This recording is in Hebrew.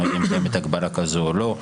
אני לא יודע אם קיימת הגבלה כזאת או לא.